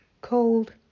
Cold